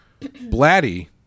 Blatty